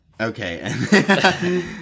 Okay